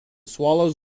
swallows